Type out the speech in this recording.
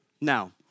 Now